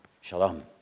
Shalom